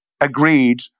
agreed